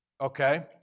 okay